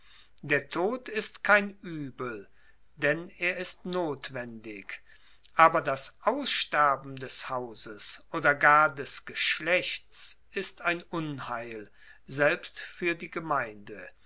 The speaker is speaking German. der tod ist kein uebel denn er ist notwendig aber das aussterben des hauses oder gar des geschlechts ist ein unheil selbst fuer die gemeinde